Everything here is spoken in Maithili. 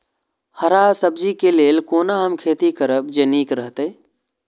हरा सब्जी के लेल कोना हम खेती करब जे नीक रहैत?